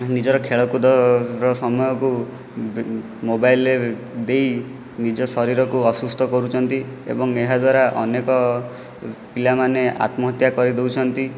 ନିଜର ଖେଳକୁଦର ସମୟକୁ ମୋବାଇଲରେ ଦେଇ ନିଜ ଶରୀରକୁ ଅସୁସ୍ଥ କରୁଛନ୍ତି ଏବଂ ଏହାଦ୍ୱାରା ଅନେକ ପିଲାମାନେ ଆତ୍ମହତ୍ୟା କରିଦେଉଛନ୍ତି